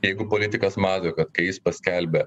jeigu politikas mato kad kai jis paskelbia